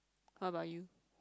what about you